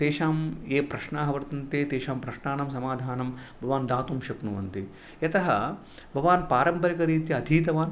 तेषां ये प्रश्नाः वर्तन्ते तेषां प्रश्नानां समाधानं भवान् दातुं शक्नुवन्ति यतः भवान् पारम्परिकरीत्या अधीतवान्